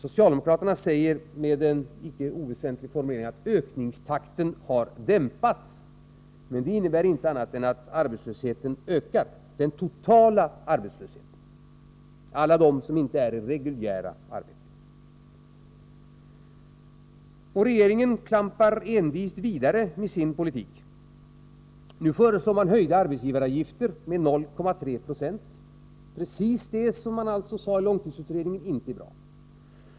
Socialdemokraterna säger, med en icke oväsentlig formulering, att ökningstakten har dämpats, men det innebär inte annat än att den totala arbetslösheten ökar — alla de som inte är i reguljära arbeten. Regeringen klampar envist vidare med sin politik. Nu föreslår man höjda arbetsgivaravgifter med 0,3 96 — alltså precis det som långtidsutredningen sade inte var bra.